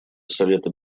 совета